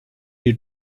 you